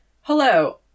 hello